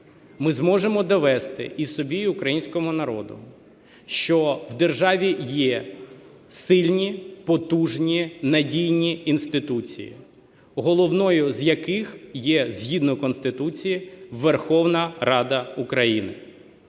ми зможемо довести і собі, і українському народу, що в державі є сильні, потужні, надійні інституції, головною з яких є, згідно Конституції, Верховна Рада України.